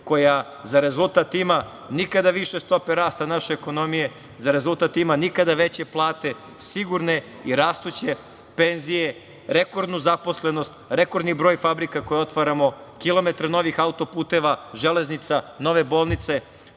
koja za rezultat ima nikada više stope rasta naše ekonomije, za rezultat ima nikada veće plate, sigurne i rastuće penzije, rekordnu zaposlenost, rekordni broj fabrika koje otvaramo, kilometre novih autoputeva, železnica, nove bolnice,